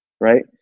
right